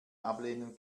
ablehnen